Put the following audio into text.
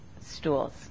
stools